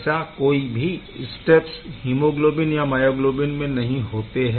ऐसे कोई भी स्टेप्स हीमोग्लोबिन या मायोग्लोबिन में नहीं होते है